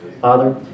Father